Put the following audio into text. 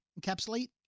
Encapsulate